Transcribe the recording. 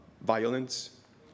violence